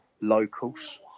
locals